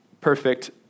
perfect